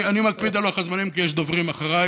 אני מקפיד על לוח הזמנים, כי יש דוברים אחריי.